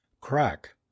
crack